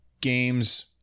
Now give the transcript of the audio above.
games